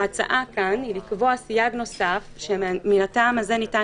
ההצעה כאן היא לקבוע סייג נוסף שמן הטעם הזה ניתן